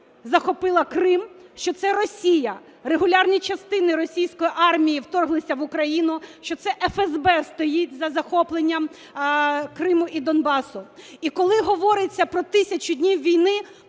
захопила Крим, що це Росія, регулярні частини російської армії вторглися в Україну, що це ФСБ стоїть за захопленням Криму і Донбасу. І коли говориться про 1000 днів війни,